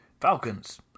Falcons